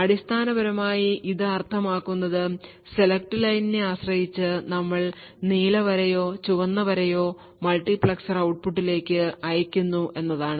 അടിസ്ഥാനപരമായി ഇത് അർത്ഥമാക്കുന്നത് സെലക്ട് ലൈനിനെ ആശ്രയിച്ച് നമ്മൾ നീല വരയോ ചുവന്ന വരയോ മൾട്ടിപ്ലക്സർ ഔട്ട്പുട്ടിലേക്ക് അയയ്ക്കുന്നു എന്നതാണ്